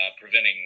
preventing